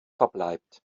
verbleibt